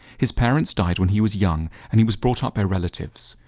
his parents died when he was young and he was brought up their relatives.